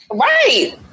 right